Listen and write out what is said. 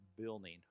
building